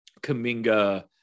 Kaminga